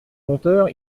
conteurs